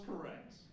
correct